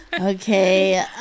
Okay